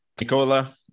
Nicola